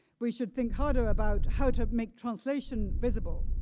we should think harder about how to make translation visible